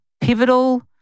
pivotal